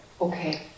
Okay